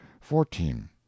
fourteen